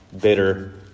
bitter